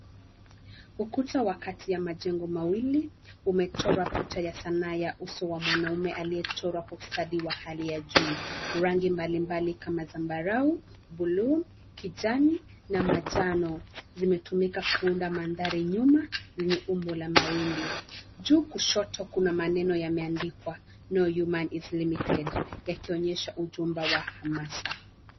Ukuta wa kati ya majengo mawili, umechorwa picha ya sanaa ya uso wa mwanaume aliyechorwa kwa ustadi wa hali ya juu. Rangi mbalimbali kama zambarau, buluu, kijani, na manjano, zimetumika kuunda mandhari nyuma, yenye umbo la mawimbi. Juu kushoto kuna maneno yameandikwa "No Human is Limited", yakionyesha ujumbe wa hamasa.